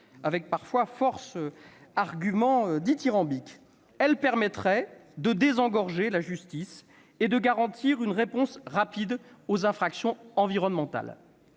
avec parfois force arguments dithyrambiques, elle permettrait de désengorger la justice et de garantir une réponse rapide aux infractions environnementales.